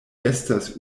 estas